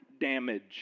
damage